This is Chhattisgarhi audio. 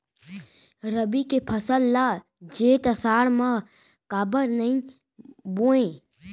रबि के फसल ल जेठ आषाढ़ म काबर नही बोए?